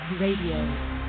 Radio